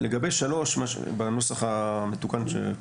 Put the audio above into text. לגבי 3 בנוסח המתוקן ---,